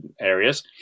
areas